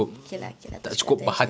okay lah okay lah tak cukup attention